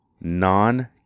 non